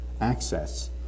access